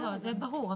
זה ברור.